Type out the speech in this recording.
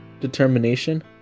determination